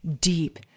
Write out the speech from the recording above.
deep